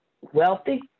wealthy